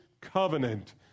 covenant